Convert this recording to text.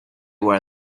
where